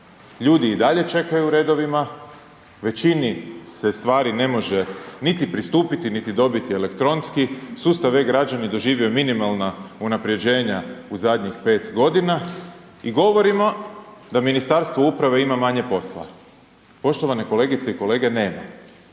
Ljudi i dalje čekaju u redovima, većini se stvari ne može niti pristupiti, niti dobiti elektronski, sustav e-Građani doživio je minimalna unapređenja u zadnjih pet godina i govorimo da Ministarstvo uprave ima manje posla. Poštovane kolegice i kolege nema.